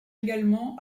également